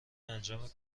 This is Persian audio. انجام